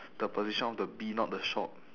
the position of the bee not the shop